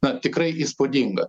na tikrai įspūdinga